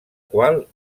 qual